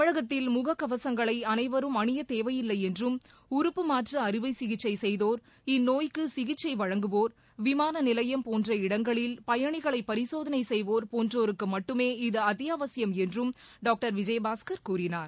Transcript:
தமிழகத்தில் முகக்கவசங்களைஅனைவரும் அணியத் தேவையில்லைஎன்றும் உறப்பு மாற்றுஅறுவைசிகிச்சைசெய்தோர் இந்நோய்க்குசிகிச்சைவழங்குவோர் விமானநிலையம் போன்ற இடங்களில் பயனிகளைபரிசோதனைசெய்வோர் போன்றோருக்குமட்டுமே இது அத்தியாவசியம் என்றும் திருவிஜயபாஸ்கள் கூறினார்